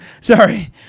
Sorry